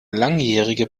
langjährige